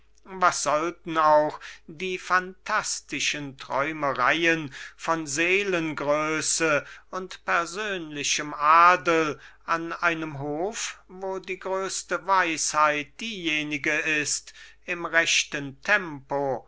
was sollten auch die phantastischen träumereien von seelengröße und persönlichem adel an einem hof wo die größte weisheit diejenige ist im rechten tempo